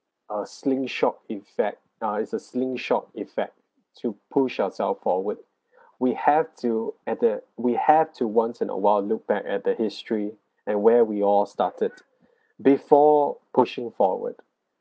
a slingshot effect ah is a slingshot effect to push ourselves forward we have to at that we have to once in a while look back at the history and where we all started before pushing forward